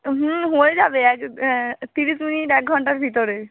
হুম হয়ে যাবে এক তিরিশ মিনিট এক ঘন্টার ভিতরে